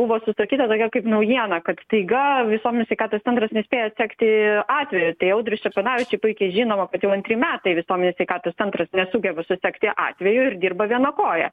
buvo susakyta tokia kaip naujiena kad staiga visomenės sveikatos centras nespėja sekti atvejų tai audriui ščeponavičiui puikiai žinoma kad jau antri metai visuomenės sveikatos centras nesugeba susekti atvejų ir dirba viena koja